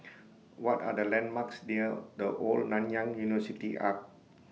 What Are The landmarks near The Old Nanyang University Arch